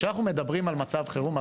כשאנחנו מדברים על מצב חירום,